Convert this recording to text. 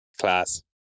Class